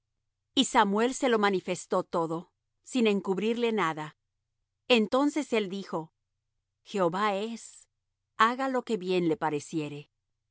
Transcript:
y samuel se lo manifestó todo sin encubrirle nada entonces él dijo jehová es haga lo que bien le pareciere